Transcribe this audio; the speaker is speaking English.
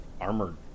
armored